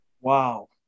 wow